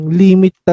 limit